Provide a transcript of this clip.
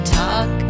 talk